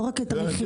ולא רק את המחיר.